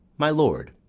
my lord,